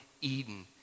Eden